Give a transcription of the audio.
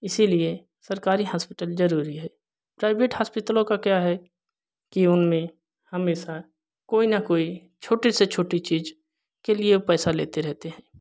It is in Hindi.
इसलिए सरकारी हॉस्पिटल जरूरी है प्राइवेट हॉस्पिटलो का क्या है कि उनमें हमेशा कोई ना कोई छोटी सी छोटी चीज के लिए पैसा लेते रहते हैं